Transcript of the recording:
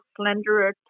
slenderer